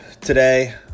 today